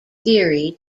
theory